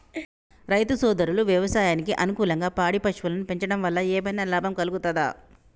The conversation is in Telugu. రైతు సోదరులు వ్యవసాయానికి అనుకూలంగా పాడి పశువులను పెంచడం వల్ల ఏమన్నా లాభం కలుగుతదా?